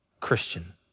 Christian